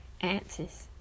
answers